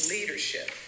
Leadership